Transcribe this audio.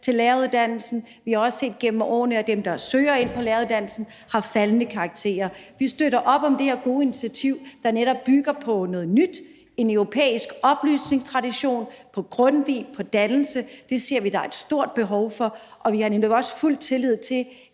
til læreruddannelsen, og vi har også set gennem årene, at dem, der søger ind på læreruddannelsen, har faldende karakterer. Vi støtter op om det her gode initiativ, der netop bygger på noget nyt, en europæisk oplysningstradition, på Grundtvig, på dannelse; det ser vi at der er et stort behov for, og vi har også fuld tillid til,